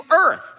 earth